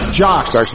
jocks